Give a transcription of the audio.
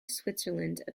switzerland